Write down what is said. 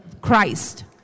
Christ